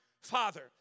Father